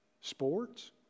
Sports